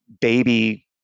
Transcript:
baby